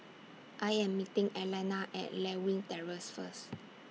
I Am meeting Alannah At Lewin Terrace First